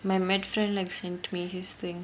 my medical friend like sent me his thing